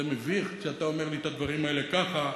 מביך כשאתה אומר לי את הדברים האלה ככה.